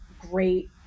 great